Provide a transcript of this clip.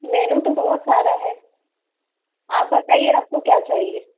मेनू तो बहुत सारा है आप बताइए आपको क्या चाहिए